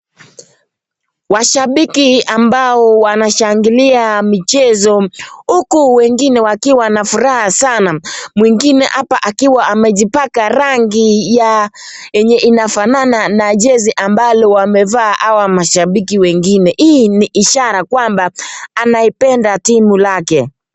Washabiki ambao wanashangilia michezo huku wengine wakiwa na furaha sana. Mwingine hapa akiwa amejipaka ya yenye inafanana na jezi ambalo wamevaa hawa mashabiki wengine. Hii ni ishara kwamba anaipenda timu lake.